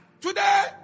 Today